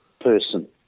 person